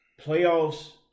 playoffs